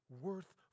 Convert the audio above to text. worth